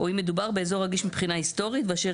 או אם מדובר באזור רגיש מבחינה היסטורית ואשר